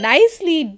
Nicely